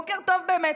בוקר טוב, באמת.